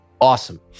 awesome